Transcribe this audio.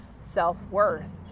self-worth